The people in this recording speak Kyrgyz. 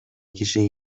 киши